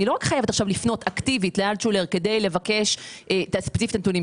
אני לא חייבת לפנות אקטיבית לאלטשולר כדי לבקש את הנתונים.